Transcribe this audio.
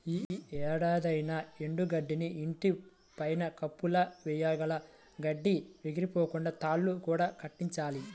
యీ ఏడాదన్నా ఎండు గడ్డిని ఇంటి పైన కప్పులా వెయ్యాల, గడ్డి ఎగిరిపోకుండా తాళ్ళు కూడా కట్టించాలి